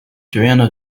学院